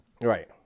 Right